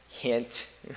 Hint